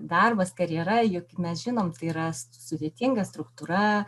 darbas karjera juk mes žinom tai rasti sudėtinga struktūra